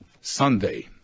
Sunday